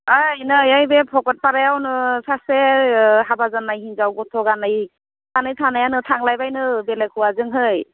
ओइ नै ओइबे भकतपारायावनो सासे हाबा जानाय हिनजाव गथ' जानाय सानै थानायानो थांलाबायनो बेलेक हौवाजोंहै